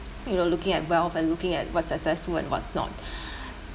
you know looking at wealth and looking at what's successful and what's not